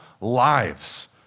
lives